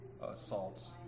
assaults